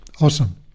Awesome